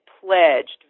pledged